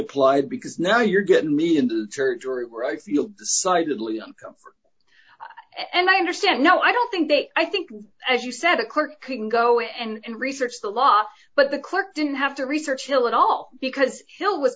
applied because now you're getting me into territory where i feel decidedly uncomfort and i understand no i don't think they i think as you said a court couldn't go in and research the loft but the clerk didn't have to research hill at all because hill w